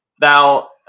Now